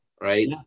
Right